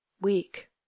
Weak